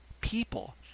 people